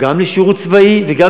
אמרת שלא רוצים לגייס, רגע,